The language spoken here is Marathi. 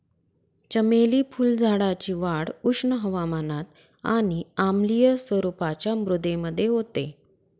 चमेली फुलझाडाची वाढ उष्ण हवामानात आणि आम्लीय स्वरूपाच्या मृदेमध्ये होते